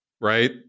right